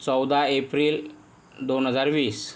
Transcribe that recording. चौदा एप्रिल दोन हजार वीस